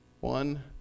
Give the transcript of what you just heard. One